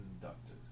conducted